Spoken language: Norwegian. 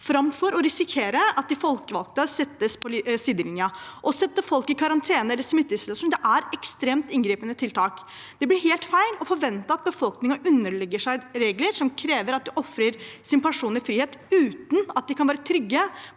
framfor å risikere at de folkevalgte settes på sidelinja. Å sette folk i karantene eller smitteisolasjon er ekstremt inngripende tiltak. Det blir helt feil å forvente at befolkningen underlegger seg regler som krever at man ofrer sin personlige frihet uten at de kan være trygge